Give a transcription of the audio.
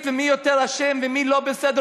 בשם אלוהים הרחמן והרחום, השבח לאל.)